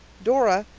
dora,